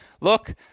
look